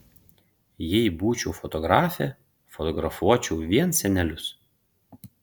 jei būčiau fotografė fotografuočiau vien senelius